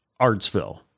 Artsville